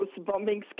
bombings